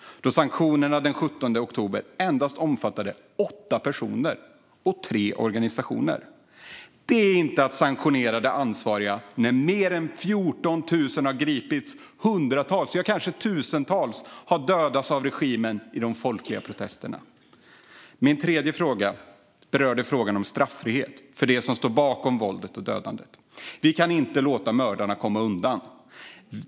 Sanktionerna den 17 oktober omfattade endast åtta personer och tre organisationer. När mer än 14 000 har gripits och hundratals, ja, kanske tusentals, har dödats av regimen i de folkliga protesterna är detta inte att införa sanktioner mot de ansvariga. Min tredje fråga berörde straffrihet för dem som står bakom våldet och dödandet. Vi kan inte låta mördarna komma undan.